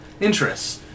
interests